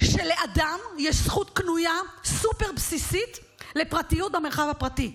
לאדם יש זכות קנויה סופר-בסיסית לפרטיות במרחב הפרטי.